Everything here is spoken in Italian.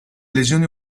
lesioni